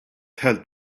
helped